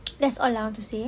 that's all I want to say